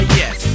yes